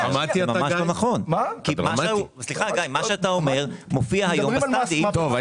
מה שאתה אומר מופיע היום --- טוב,